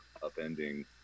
upending